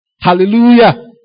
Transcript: Hallelujah